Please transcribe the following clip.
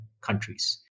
countries